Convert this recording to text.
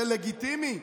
זה לגיטימי,